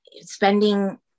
spending